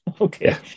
Okay